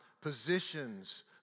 positions